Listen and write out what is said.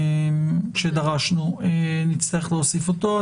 שדרשנו, נצטרך להוסיף אותו.